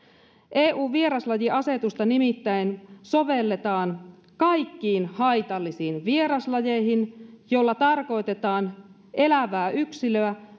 eun vieraslajiasetusta nimittäin sovelletaan kaikkiin haitallisiin vieraslajeihin joilla tarkoitetaan elävää yksilöä